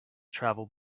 travel